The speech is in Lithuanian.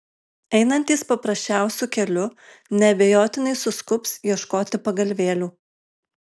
einantys paprasčiausiu keliu neabejotinai suskubs ieškoti pagalvėlių